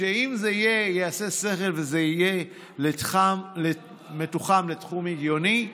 אם זה יעשה שכל וזה יהיה מתוחם לתחום הגיוני,